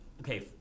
okay